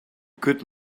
good